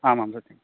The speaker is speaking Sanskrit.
आम् आम् सत्यम्